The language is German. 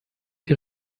die